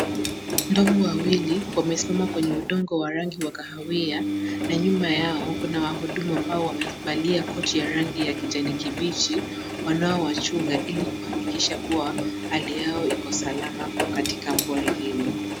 Ndovu wawili wamesimama kwenye udongo wa rangi wa kahawia na nyuma yao kuna wahudumu ambao wamevalia koti ya rangi ya kijani kibichi wanaowachungunga ili kuhakikisha kuwa hali yao iko salama katika pori hilo.